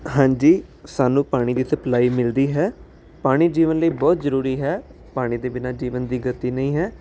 ਹਾਂਜੀ ਸਾਨੂੰ ਪਾਣੀ ਦੀ ਸਪਲਾਈ ਮਿਲਦੀ ਹੈ ਪਾਣੀ ਜੀਵਨ ਲਈ ਬਹੁਤ ਜ਼ਰੂਰੀ ਹੈ ਪਾਣੀ ਦੇ ਬਿਨਾਂ ਜੀਵਨ ਦੀ ਗਤੀ ਨਹੀਂ ਹੈ